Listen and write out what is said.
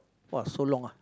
!wah! so long ah